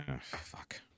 Fuck